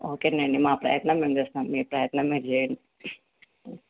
okay అండి మా ప్రయత్నం మేము చేస్తాం మీ ప్రయత్నం మీరు చేయండి